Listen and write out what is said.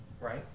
right